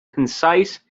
concise